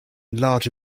large